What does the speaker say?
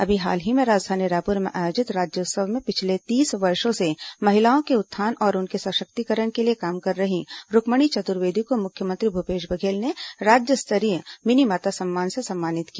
अभी हाल ही में राजधानी रायपुर में आयोजित राज्योत्सव में पिछले तीस वर्षों से महिलाओं के उत्थान और उनके सशक्तिकरण के लिए काम कर रही रूखमणी चतुर्वेदी को मुख्यमंत्री भूपेश बघेल ने राज्य स्तरीय मिनीमाता सम्मान से सम्मानित किया